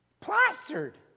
Plastered